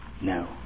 No